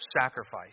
sacrifice